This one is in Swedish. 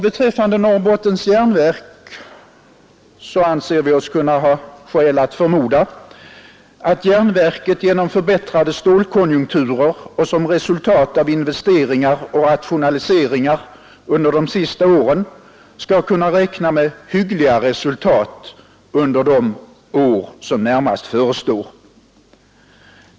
Beträffande Norrbottens järnverk anser vi oss ha skäl förmoda att järnverket genom förbättrade stålkonjunkturer och som resultat av investeringar och rationaliseringar under de senaste åren skall kunna räkna med hyggliga resultat under de år som närmast förestår.